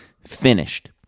finished